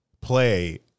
play